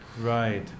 Right